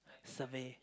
survey